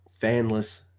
fanless